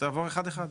תעבור אחד אחד.